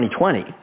2020